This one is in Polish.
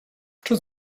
czy